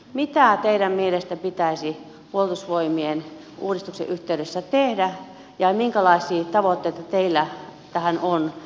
mitä teidän mielestänne pitäisi puolustusvoimien uudistuksen yhteydessä tehdä ja minkälaisia tavoitteita teillä tähän on